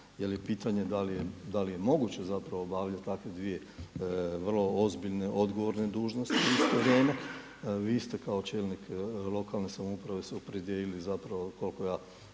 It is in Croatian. jel je pitanje da li je moguće obavljati takve dvije vrlo ozbiljne, odgovorne dužnosti u isto vrijeme. Vi ste kao čelnik lokalne samouprave se opredijelili koliko ja